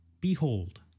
behold